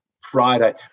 Friday